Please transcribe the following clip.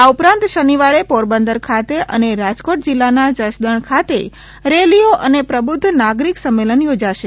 આ ઉપરાંત શનિવારે પોરબંદર ખાતે અને રાજકોટ જિલ્લાના જસદણ ખાતે રેલીઓ અને પ્રબુદ્ધ નાગરીક સંમેલન યોજાશે